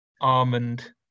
almond